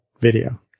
video